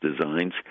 designs